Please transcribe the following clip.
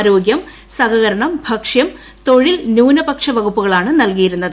ആരോഗ്യം സഹകരണം ഭക്ഷ്യം തൊഴിൽ ന്യൂനപക്ഷ വകുപ്പുകളാണ് നൽകിയിരുന്നത്